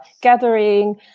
gathering